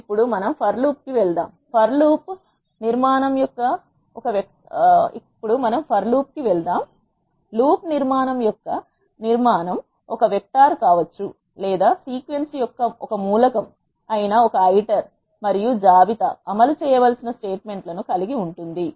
ఇప్పుడు మనం for loop కు వెళ్దాం లూప్ నిర్మాణం యొక్క నిర్మాణం ఒక వెక్టార్ కావచ్చు లేదా సీక్వెన్స్ యొక్క ఒక మూలకం అయిన ఒక ఐటర్ మరియు జాబితా అమలు చేయవలసిన స్టేట్మెంట్లను కలిగి ఉంటుంది